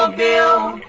ah bill